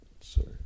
sorry